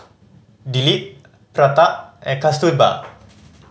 Dilip Pratap and Kasturba